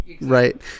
right